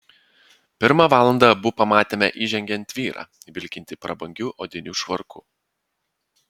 pirmą valandą abu pamatėme įžengiant vyrą vilkintį prabangiu odiniu švarku